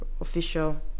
official